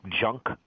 junk